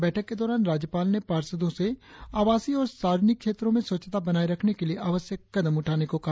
बैठक के दौरान राज्यपाल ने पार्षदों से आवासीय और सार्वजनिक क्षेत्रों में स्वच्छता बनाये रखने के लिए आवश्यक कदम उठाने को कहा